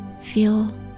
feel